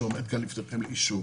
שעומד כאן לפניכם לאישור.